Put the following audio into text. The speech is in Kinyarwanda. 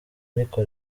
ariko